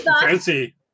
Fancy